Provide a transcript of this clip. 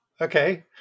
Okay